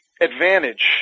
advantage